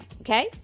Okay